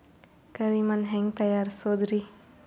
ಕರಿ ಮಣ್ ಹೆಂಗ್ ತಯಾರಸೋದರಿ?